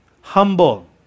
humble